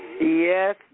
Yes